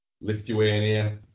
Lithuania